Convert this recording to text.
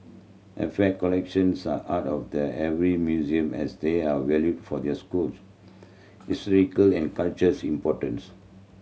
artefact collections are the heart of the every museum as they are valued for their schools historical and cultures importance